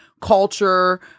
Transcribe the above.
culture